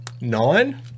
Nine